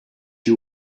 you